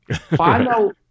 Final